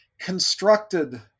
constructed